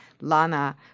Lana